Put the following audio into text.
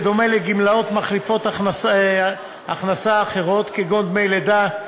בדומה לגמלאות מחליפות הכנסה אחרת כגון דמי לידה,